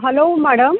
hello madam